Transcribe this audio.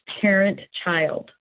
parent-child